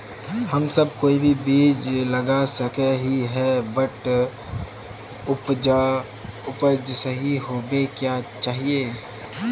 हम सब कोई भी बीज लगा सके ही है बट उपज सही होबे क्याँ चाहिए?